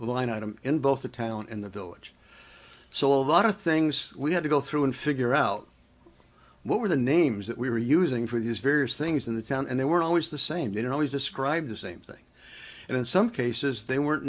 line item in both the town and the village so a lot of things we had to go through and figure out what were the names that we were using for these various things in the town and they were always the same they don't always describe the same thing and in some cases they weren't